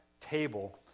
table